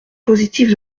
positive